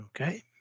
Okay